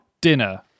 dinner